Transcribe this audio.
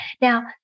Now